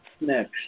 next